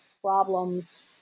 problems